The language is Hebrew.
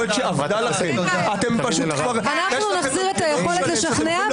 יכולת שאבדה לכם --- אנחנו נחזיר את היכולת לשכנע,